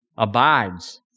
abides